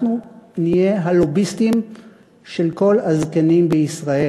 אנחנו נהיה הלוביסטים של כל הזקנים בישראל.